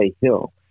hill